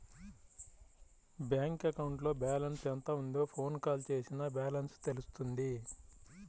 bank అకౌంట్లో balance ఎంత ఉందో ఫోన్ కాల్ చేసినా బ్యాలెన్స్ తెలుస్తుంది